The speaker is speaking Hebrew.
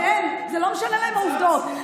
זה לא משנה להם העובדות.